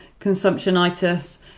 consumptionitis